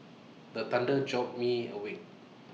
the thunder jolt me awake